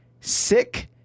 sick